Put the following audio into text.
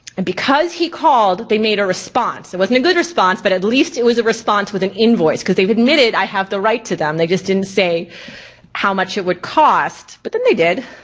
and because he called, they made a response. it wasn't a good response, but at least it was a response with an invoice, cause they admitted i have the right to them, they just didn't say how much it would cost, but then they did.